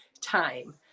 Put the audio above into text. time